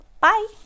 bye